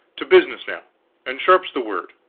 to business now and sharp's the word.